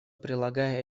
прилагая